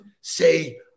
say